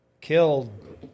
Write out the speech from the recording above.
killed